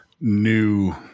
new